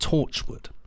Torchwood